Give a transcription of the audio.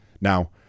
Now